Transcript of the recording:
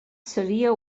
seria